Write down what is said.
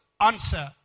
answer